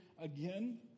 again